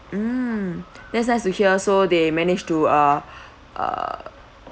mm that's nice to hear so they manage to uh uh